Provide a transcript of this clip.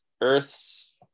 earth's